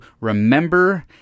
remember